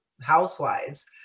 housewives